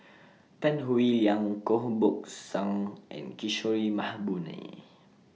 Tan Howe Liang Koh Buck Song and Kishore Mahbubani